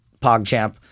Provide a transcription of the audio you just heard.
PogChamp